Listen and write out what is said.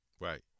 Right